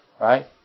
Right